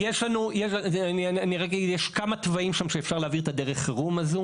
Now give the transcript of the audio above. יש כמה תוואים שם שאפשר להעביר את דרך החירום הזו